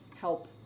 help